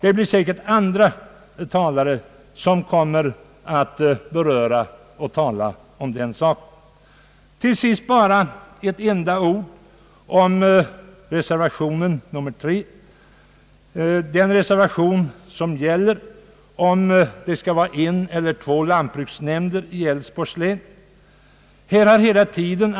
Det finns säkert andra talare som kommer att beröra den saken. Till sist bara några få ord om reservation nr 3, som gäller frågan huruvida det skall vara en eller två lantbruksnämnder i Älvsborgs län.